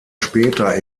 später